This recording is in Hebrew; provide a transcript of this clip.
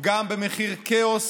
גם במחיר כאוס